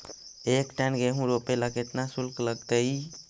एक टन गेहूं रोपेला केतना शुल्क लगतई?